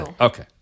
Okay